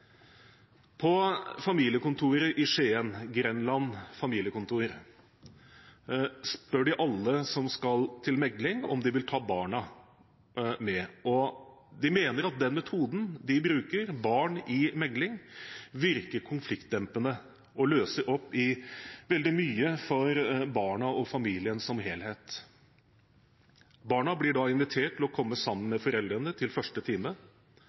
På familiekontoret i Skien, Grenland Familiekontor, spør de alle som skal til megling, om de vil ta barna med, og de mener at den metoden de bruker, Barn i mekling, virker konfliktdempende og løser opp i veldig mye for barna og familien som helhet. Barna blir da invitert til å komme sammen med foreldrene til første time,